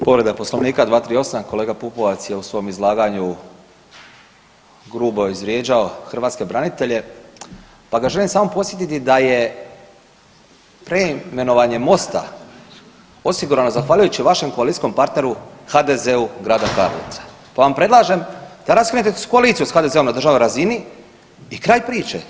Povreda Poslovnika 238., kolega Pupovac je u svom izlaganju grubo izvrijeđao hrvatske branitelje pa ga želim samo podsjetiti da je preimenovanje mosta osigurano zahvaljujući vašem koalicijskom partneru HDZ-u grada Karlovca, pa vam predlažem da raskinite koaliciju s HDZ-om na državnoj razini i kraj priče.